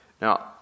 Now